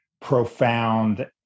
profound